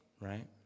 right